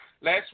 Last